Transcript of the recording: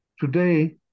Today